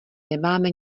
nemáme